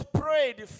prayed